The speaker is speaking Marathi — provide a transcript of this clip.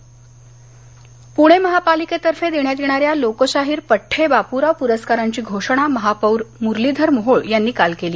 पड्डे बापराव पररूकार पूणे महापालिकेतर्फे देण्यात येणाऱ्या लोकशाहीर पठ्ठे बापूराव पुरस्कारांची घोषणा महापौर मुरलीधर मोहोळ यांनी काल केली